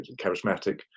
charismatic